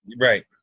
Right